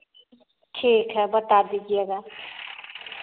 ठीक है बता दीजिएगा